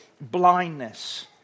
blindness